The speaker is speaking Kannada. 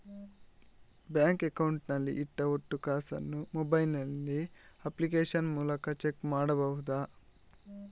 ಬ್ಯಾಂಕ್ ಅಕೌಂಟ್ ನಲ್ಲಿ ಇಟ್ಟ ಒಟ್ಟು ಕಾಸನ್ನು ಮೊಬೈಲ್ ನಲ್ಲಿ ಅಪ್ಲಿಕೇಶನ್ ಮೂಲಕ ಚೆಕ್ ಮಾಡಬಹುದಾ?